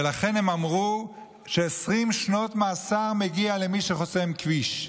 ולכן הם אמרו ש-20 שנות מאסר מגיע למי שחוסם כביש.